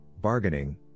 bargaining